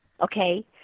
okay